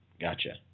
Gotcha